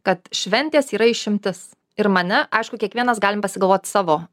kad šventės yra išimtis ir mane aišku kiekvienas galim pagalvot savo